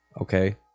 Okay